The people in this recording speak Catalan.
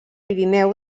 pirineu